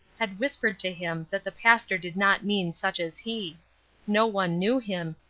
had whispered to him that the pastor did not mean such as he no one knew him,